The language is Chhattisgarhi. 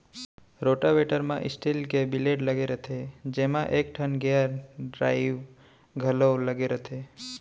रोटावेटर म स्टील के ब्लेड लगे रइथे जेमा एकठन गेयर ड्राइव घलौ लगे रथे